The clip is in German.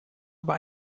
über